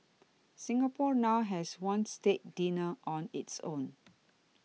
Singapore now has one state dinner on its own